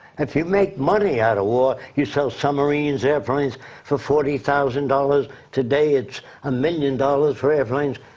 if you make money out of war, you sell submarines, airplanes for forty thousand dollars. today, it's a million dollars for airplanes.